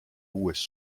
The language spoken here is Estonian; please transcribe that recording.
uues